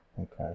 Okay